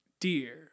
dear